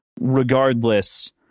regardless